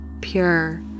pure